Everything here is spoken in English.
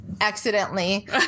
accidentally